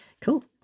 Cool